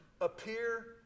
appear